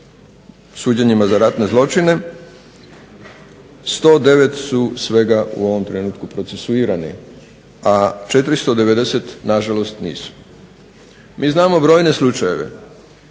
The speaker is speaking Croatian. suđenjima za ratne zločine 109 su svega u ovom trenutku procesuirani, a 490 nažalost nisu. Mi znamo brojne slučajeve.